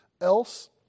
else